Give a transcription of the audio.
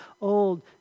old